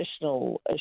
additional